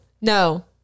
No